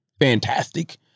fantastic